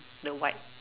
the white